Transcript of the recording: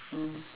mm